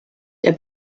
der